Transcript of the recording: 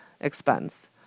expense